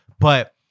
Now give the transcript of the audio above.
But-